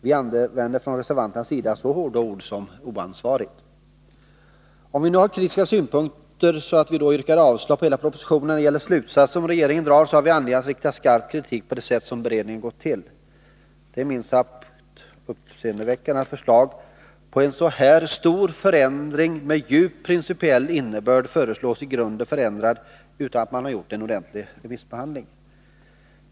Vi använder härom från reservanternas sida ett så hårt ord som oansvarigt. Vi har alltså så kritiska synpunkter att vi har yrkat avslag på hela propositionen när det gäller de slutsatser som regeringen drar. Men vi har också anledning att rikta skarp kritik mot det sätt på vilket beredningen har gått till. Det är minst sagt uppseendeväckande att en så här stor förändring med djup principiell innebörd föreslås utan att det har förekommit en ordentlig remissbehandling.